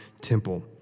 temple